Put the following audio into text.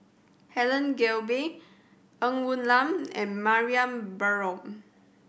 Helen Gilbey Ng Woon Lam and Mariam Baharom